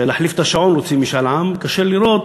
שלהחליף את השעון רוצים משאל עם, קשה לי לראות